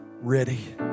ready